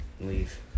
leave